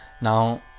Now